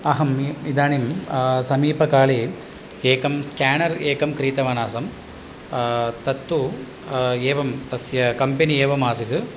अहम् इदानीं समीपकाले एकं स्केनर् एकं क्रीतवान् आसम् तत्तु एवम् तस्य कम्पेनि एवम् आसीत्